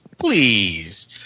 Please